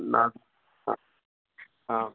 नागः हा हा